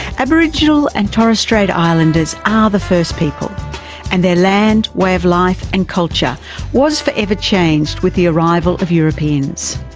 aborigines and torres strait islanders are ah the first people and their land, way of life and culture was forever changed with the arrival of europeans.